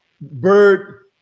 Bird